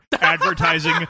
advertising